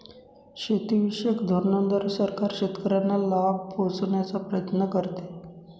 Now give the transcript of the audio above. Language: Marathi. शेतीविषयक धोरणांद्वारे सरकार शेतकऱ्यांना लाभ पोहचवण्याचा प्रयत्न करते